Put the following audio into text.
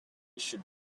should